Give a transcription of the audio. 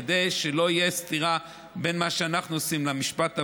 כדי שלא תהיה סתירה בין מה שאנחנו עושים למשפט הבין-לאומי,